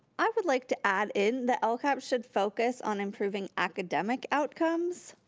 i would like to add in the lcap should focus on improving academic outcomes.